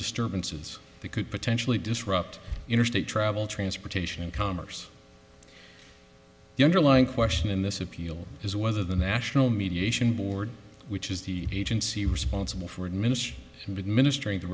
disturbances that could potentially disrupt interstate travel transportation and commerce the underlying question in this appeal is whether the national mediation board which is the agency responsible for diminish and ministeri